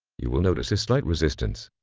you will notice a slight resistance.